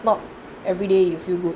not every day you feel good